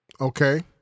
Okay